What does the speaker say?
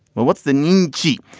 well, what's the name g.